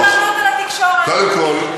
קודם כול,